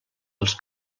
els